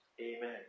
Amen